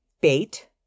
Bait